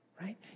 right